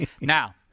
Now